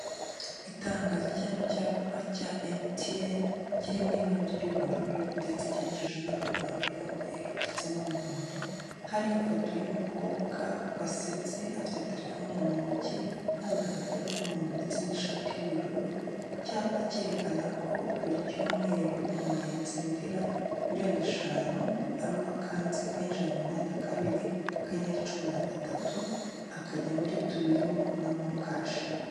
Itangazo cyangwa icyapa cya MTN kiri mu ibara ry'ubururu ndetse cyandikishije n'amagambo y'umweru ndetse n'umuhondo, hariho ifoto y'umukobwa wasetse afite telefone mu ntoki, yambaye agapira k'umuhondo ndetse n'ishati y'ubururu, icyapa cyerekana ko buri cyumweru umuntu yatsindira miliyoni eshanu, ari uko akanze akanyenyeri ijana na mirongo inani na kabiri akanyenyeri cumi na gatatu, akajya muri tubirimo na mokashi.